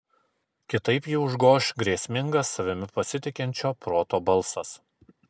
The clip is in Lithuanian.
kitaip jį užgoš grėsmingas savimi pasitikinčio proto balsas